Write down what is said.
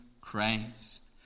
Christ